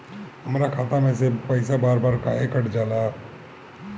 हमरा खाता में से पइसा बार बार काहे कट जाला?